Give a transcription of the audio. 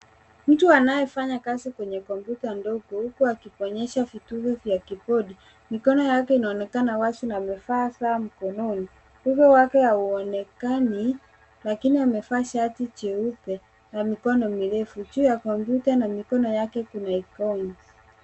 Mtu anayefanya kazi kwenye kompyuta ndogo huku akibonyeza vidunde vya kibodi, mikono yake inaonekana wazi na amevaa saa mkononi , uso wake hauonekani lakini amevaa shati jeupe ya mikono mirefu. Juu ya kompyuta na mikono yake kuna ikronics.